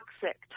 toxic